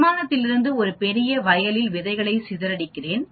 விமானத்தில்லிருந்து ஒரு பெரிய வயலில் விதைகளை சிதறடிக்கவும்